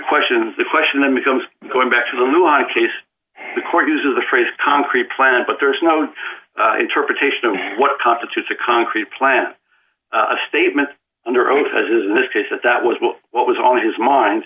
question is the question then becomes going back to the law case the court uses the phrase concrete plans but there's no interpretation of what constitutes a concrete plan a statement under oath as is in this case that that was well what was on his mind